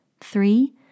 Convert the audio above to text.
Three